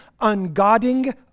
ungodding